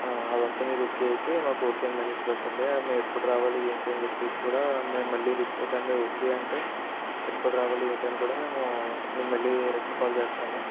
అదంతా మీకు ఓకే అయితే మాకు ఓకే అని మెసేజ్ పెట్టండి మేము ఎప్పుడు రావాలి ఏంటి అని చెప్పేసికుడా మేము మళ్ళీ ఒకవేళ ఓకే అంటే ఎప్పుడు రావాలి ఏంటి అని కూడా మేము మేము మళ్ళీ రిటర్న్ కాల్ చేస్తాము